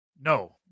no